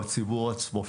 בציבור עצמו,